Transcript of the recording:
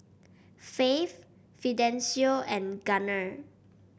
Faith Fidencio and Gunner